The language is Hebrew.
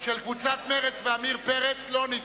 של קבוצת סיעת מרצ ועמיר פרץ לא נתקבלה.